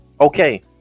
Okay